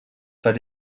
per